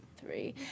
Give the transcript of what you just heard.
Three